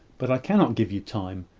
but i cannot give you time.